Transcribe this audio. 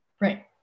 Right